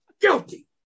Guilty